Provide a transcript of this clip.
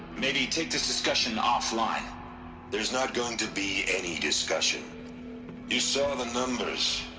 maybe take this discussion offline there's not going to be any discussion you saw the numbers.